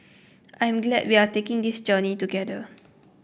I'm glad we are taking this journey together